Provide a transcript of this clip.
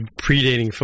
predating